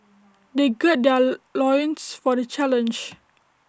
they gird their loins for the challenge